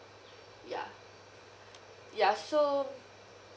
ya ya so